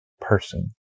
person